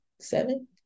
Seven